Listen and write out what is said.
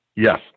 Yes